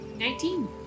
Nineteen